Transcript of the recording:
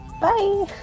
Bye